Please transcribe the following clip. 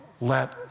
let